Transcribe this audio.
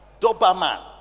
Doberman